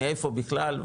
מאיפה בכלל,